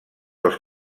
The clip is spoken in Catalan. els